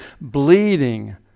bleeding